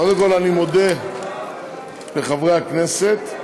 קודם כול, אני מודה לחברי הכנסת,